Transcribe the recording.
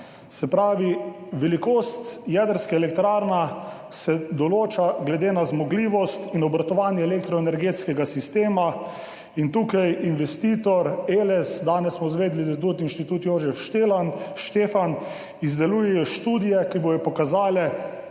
Se pravi, velikost jedrske elektrarne se določa glede na zmogljivost in obratovanje elektroenergetskega sistema in tukaj investitor Eles, danes smo izvedeli, da tudi Inštitut Jožef Stefan, izdeluje študije, ki bodo pokazale